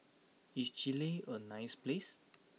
is Chile a nice place